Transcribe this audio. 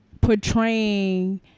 portraying